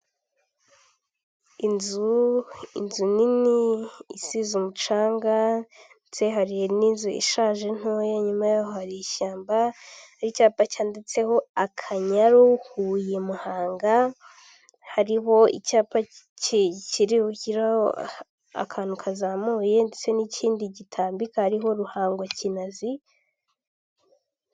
Inzu inzu nini isize umucanga ndetse hari n'inzu ishaje ntoya, nyuma yaho hari ishyamba n'icyapa cyanditseho akanyaru, huye, muhanga; hariho icyapa kiriho akantu kazamuye ndetse n'ikindi gitambika hariho Ruhango, Kinazi